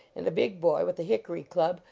and a big boy, with a hickory club,